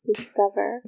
discover